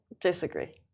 Disagree